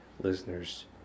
listeners